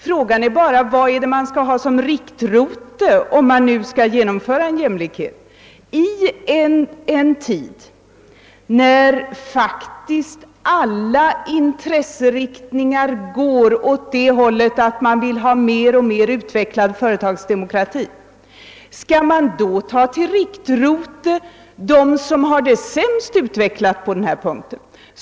Frågan är då bara vad man skall ha som riktrote om man nu skall genomföra en jämlikhet i en tid när faktiskt alla strävar efter att åstadkomma en mer utvecklad företagsdemokrati. Skall man då som riktrote ta dem som har det sämst på denna punkt?